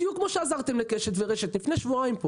בדיוק כמו שעזרתם לקשת ורשת לפני שבועיים פה